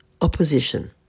opposition